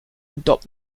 adopt